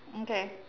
okay